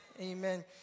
Amen